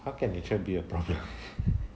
how can nature be a problem